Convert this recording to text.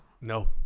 No